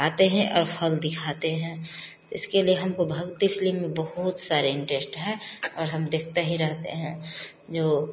आते हैं और फल दिखाते हैं इसके लिए हमको भक्ति फिलिम में बहुत सारे इंटरेस्ट है और हम देखते ही रहते हैं जो